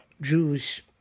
Jews